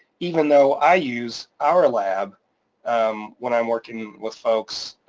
even though i use our lab um when i'm working with folks,